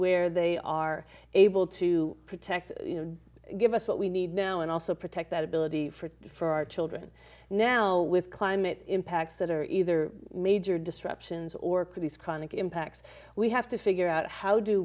where they are able to protect give us what we need now and also protect that ability for for our children now with climate impacts that are either major disruptions or could these chronic impacts we have to figure out how do